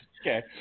okay